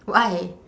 why